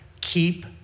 keep